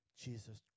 Jesus